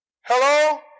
Hello